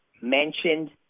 mentioned